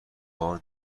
بار